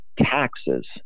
taxes